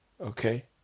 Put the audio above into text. Okay